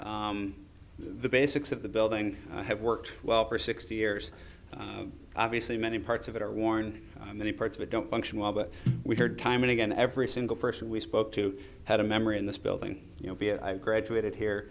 building the basics of the building have worked well for sixty years obviously many parts of it are worn many parts of it don't function well but we've heard time and again every single person we spoke to had a memory in this building you know be i graduated here